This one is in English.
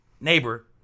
neighbor